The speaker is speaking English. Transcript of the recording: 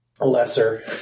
Lesser